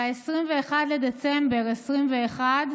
ב-21 בדצמבר 2021,